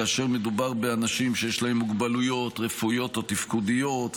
כאשר מדובר באנשים שיש להם מוגבלויות רפואיות או תפקודיות,